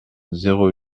zéro